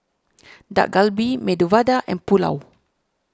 Dak Galbi Medu Vada and Pulao